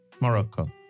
Morocco